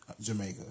Jamaica